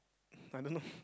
I don't know